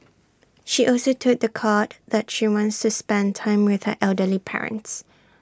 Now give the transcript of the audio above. she also told The Court that she wants to spend time with her elderly parents